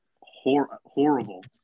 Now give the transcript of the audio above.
horrible